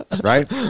right